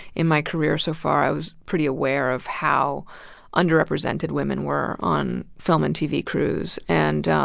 in my career so far, i was pretty aware of how under-represented women were on film and tv crews. and